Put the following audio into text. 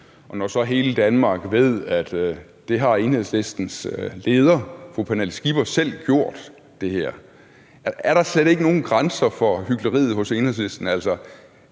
Men hele Danmark ved, at det her har Enhedslistens leder fru Pernille Skipper selv gjort. Er der slet ikke nogen grænser for hykleriet hos Enhedslisten?